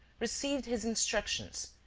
received his instructions,